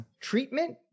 treatment